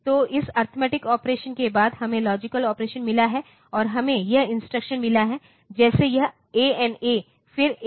तो इस arithmetic operation के बाद हमें लॉजिकल ऑपरेशन मिला है और हमें यह इंस्ट्रक्शन मिला है जैसे यह ANA फिर ANI